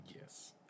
Yes